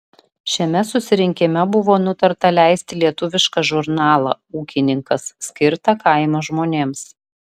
šiame susirinkime buvo nutarta leisti lietuvišką žurnalą ūkininkas skirtą kaimo žmonėms